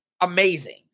amazing